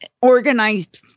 organized